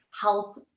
health